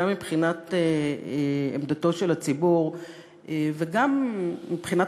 גם מבחינת עמדתו של הציבור וגם מבחינת